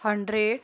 hundred